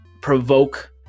provoke